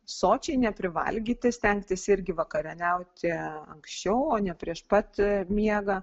sočiai neprivalgyti stengtis irgi vakarieniauti anksčiau o ne prieš pat miegą